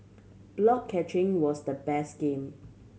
block catching was the best game